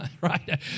Right